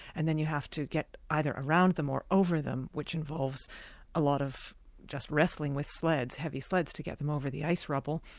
and then you have to get either around them or over them, which involves a lot of just wrestling with sleds, heavy sleds, to get them over the ice rubble.